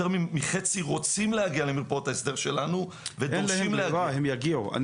יותר מחצי רוצים להגיע למרפאות ההסדר שלנו ודורשים להגיע.